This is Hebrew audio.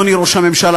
אדוני ראש הממשלה,